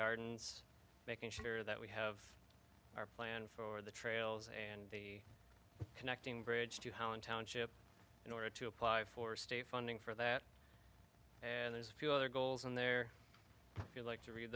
gardens making sure that we have our plan for the trails and the connecting bridge to how in township in order to apply for state funding for that and there's a few other goals in there you like to read